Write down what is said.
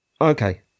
Okay